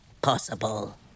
possible